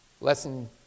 Lesson